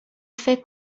فکر